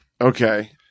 Okay